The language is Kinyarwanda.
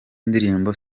indirimbo